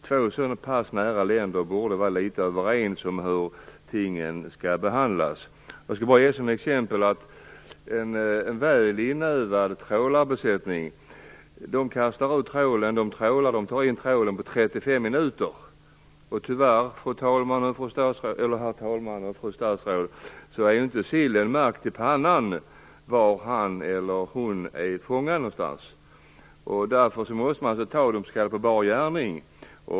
Två så pass närbelägna länder borde vara mer överens om hur tingen skall behandlas. Som ett exempel kan jag nämna att en väl inövad trålarbesättningen kastar ut trålen, trålar och tar in trålen på 35 minuter. Tyvärr, herr talman och fru statsråd, är inte sillen märkt i pannan var han eller hon är fångad någonstans. Därför måste man ta dessa fiskare på bar gärning.